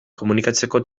komunikatzeko